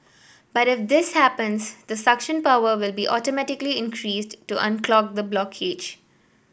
but if this happens the suction power will be automatically increased to unclog the blockage